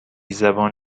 زبان